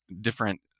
different